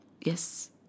Yes